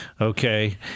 Okay